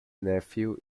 nephew